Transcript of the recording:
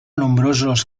nombrosos